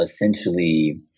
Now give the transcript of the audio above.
essentially